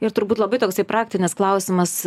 ir turbūt labai toksai praktinis klausimas